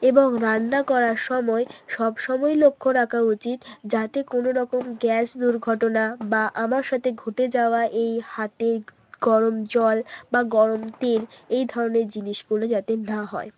এবং রান্না করার সময় সব সময় লক্ষ্য রাখা উচিত যাতে কোনো রকম গ্যাস দুর্ঘটনা বা আমার সথে ঘটে যাওয়া এই হাতে গরম জল বা গরম তেল এই ধরনের জিনিসগুলো যাতে না হয়